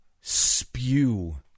spew